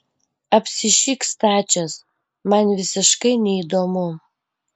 apsišik stačias man visiškai neįdomu